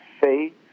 faith